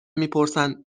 میپرسند